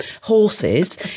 horses